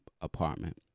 apartment